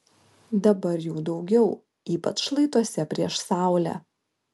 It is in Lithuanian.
dabar jų daugiau ypač šlaituose prieš saulę